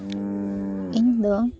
ᱤᱧ ᱫᱚ